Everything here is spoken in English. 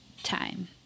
time